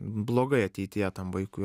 blogai ateityje tam vaikui